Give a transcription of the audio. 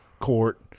court